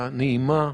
נעימה,